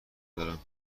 دارم